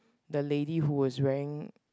the lady who is wearing